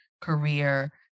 career